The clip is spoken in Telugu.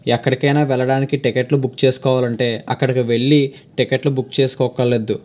ఎక్కడికైనా వెళ్లడానికి టికెట్లు బుక్ చేసుకోవాలంటే అక్కడికి వెళ్లి టికెట్లు బుక్ చేసుకోవక్కర్లేదు